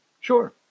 Sure